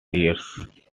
years